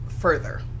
further